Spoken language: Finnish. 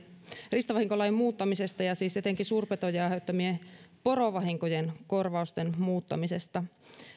riistavahinkolain muuttamisesta ja etenkin suurpetojen aiheuttamien porovahinkojen korvausten muuttamisesta